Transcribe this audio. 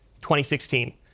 2016